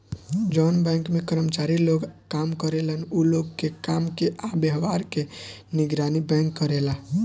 जवन बैंक में कर्मचारी लोग काम करेलन उ लोग के काम के आ व्यवहार के निगरानी बैंक करेला